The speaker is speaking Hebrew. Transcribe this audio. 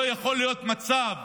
לא יכול להיות מצב